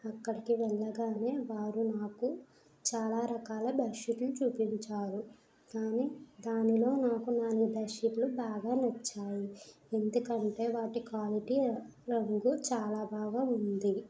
అక్కడికి వెళ్ళగానే వారు మాకు చాలా రకాలు బెడ్ షీట్లు చూపించారు కానీ దానిలో నాకు నాలుగు బెడ్ షీట్లు బాగా నచ్చాయి ఎందుకంటే వాటి క్వాలిటీ రంగు చాలా బాగా ఉంది